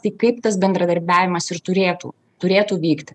tai kaip tas bendradarbiavimas ir turėtų turėtų vykti